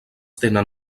tenen